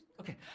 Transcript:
Okay